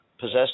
possess